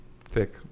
thick